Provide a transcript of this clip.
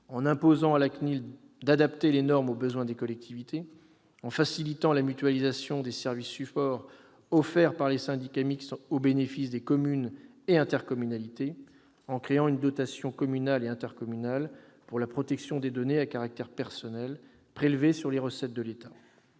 en imposant à la CNIL d'adapter les normes aux besoins des collectivités, en facilitant la mutualisation des services supports offerts par les syndicats mixtes au bénéfice des communes et intercommunalités, en créant une dotation communale et intercommunale pour la protection des données à caractère personnel, prélevées sur les recettes de l'État,